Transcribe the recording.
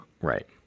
Right